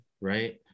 right